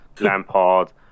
Lampard